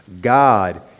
God